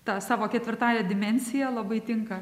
ta savo ketvirtąja dimensija labai tinka